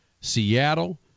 Seattle